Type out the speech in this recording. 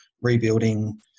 rebuilding